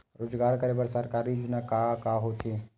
रोजगार करे बर सरकारी योजना का का होथे?